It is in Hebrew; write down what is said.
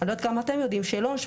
אני לא יודעת כמה אתם יודעים 3806,